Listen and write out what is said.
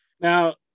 now